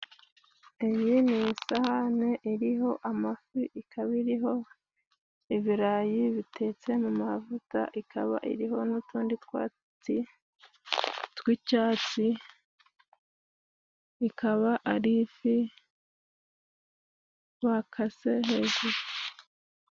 Iyi ni isahane iriho amafi ,ikaba iriho ibirayi bitetse mu mavuta ,ikaba iriho n'utundi twatsi tw'icyatsi, ikaba arifi bakase hejuru.